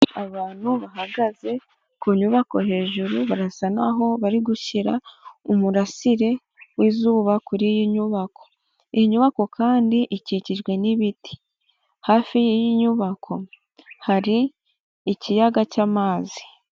Abantu bahagaze ku nyubako hejuru barasa n'aho bari gushyira umurasire w'izuba kuri iyi nyubako, iyi inyubako kandi ikikijwe n'ibiti, hafi y'iy'inyubako, hari ikiyaga cy'amazi.